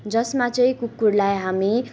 जसमा चाहिँ कुकुरलाई हामी